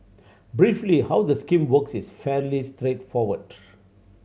briefly how the scheme works is fairly straightforward